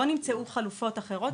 לא נמצאו חלופות אחרות.